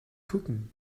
cooking